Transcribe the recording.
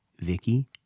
Vicky